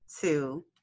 two